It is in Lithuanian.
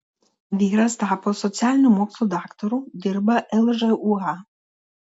vyras tapo socialinių mokslų daktaru dirba lžūa